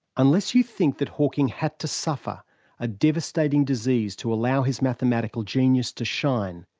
unless you think that hawking had to suffer a devastating disease to allow his mathematical genius to shine,